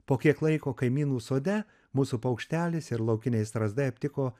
po kiek laiko kaimynų sode mūsų paukštelis ir laukiniai strazdai aptiko